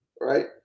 right